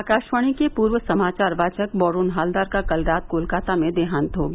आकाशवाणी के पूर्व समाचार वाचक बोरून हलदर का कल रात कोलकाता में देहान्त हो गया